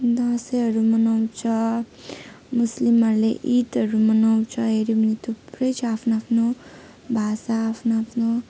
दसैँहरू मनाउँछ मुस्लिमहरूले इदहरू मनाउँछ हेऱ्यो भने थुप्रै छ आफ्नो आफ्नो भाषा आफ्नो आफ्नो